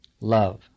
Love